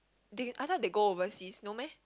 thing I thought they go overseas no meh